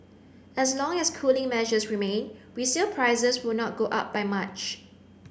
as long as cooling measures remain resale prices will not go up by much